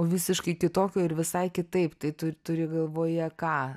visiškai kitokio ir visai kitaip tai tu turi galvoje ką